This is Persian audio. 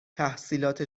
تحصیلات